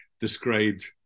described